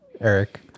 Eric